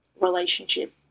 relationship